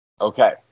Okay